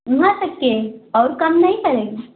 तक के और कम नहीं करेंगे